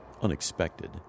unexpected